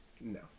No